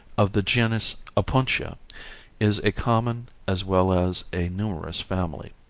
of the genus opuntia is a common as well as a numerous family.